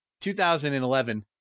2011